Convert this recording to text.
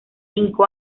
cinco